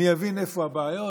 אני אבין איפה הבעיות,